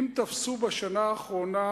אם תפסו בשנה האחרונה